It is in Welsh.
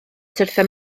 syrthio